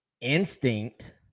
instinct